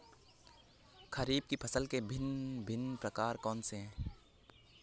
खरीब फसल के भिन भिन प्रकार कौन से हैं?